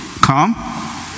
Come